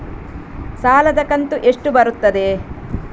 ಸಾಲದ ಕಂತು ಎಷ್ಟು ಬರುತ್ತದೆ?